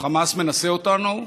החמאס מנסה אותנו.